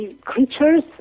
creatures